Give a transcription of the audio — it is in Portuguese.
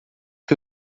que